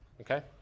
okay